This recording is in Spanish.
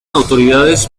autoridades